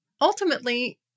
ultimately